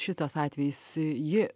šitas atvejis ji